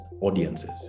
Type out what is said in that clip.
audiences